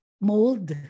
mold